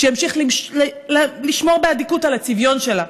שימשיך לשמור באדיקות על הצביון שלה,